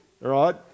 right